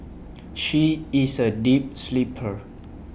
she is A deep sleeper